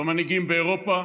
ומנהיגים באירופה